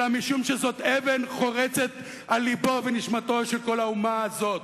אלא משום שזאת אבן חורצת על לבה ונשמתה של כל האומה הזאת.